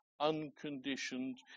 unconditioned